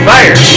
Fire